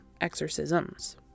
exorcisms